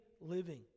living